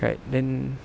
right then